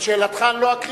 את שאלתך אני לא אקריא,